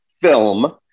film